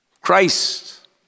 Christ